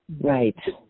Right